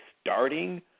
starting